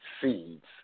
seeds